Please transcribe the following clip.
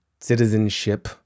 Citizenship